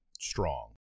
strong